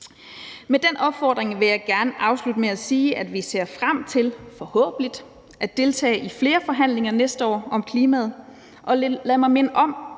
Med den opfordring vil jeg gerne afslutte med at sige, at vi ser frem til – forhåbentlig – at deltage i flere forhandlinger næste år om klimaet. Og lad mig minde om,